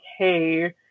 okay